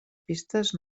pistes